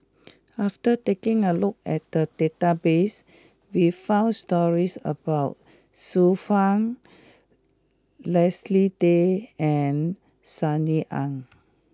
after taking a look at the database we found stories about Xiu Fang Leslie Tay and Sunny Ang